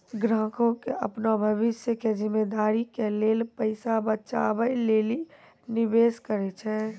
ग्राहकें अपनो भविष्य के जिम्मेदारी के लेल पैसा बचाबै लेली निवेश करै छै